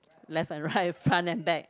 left and right front and back